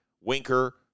Winker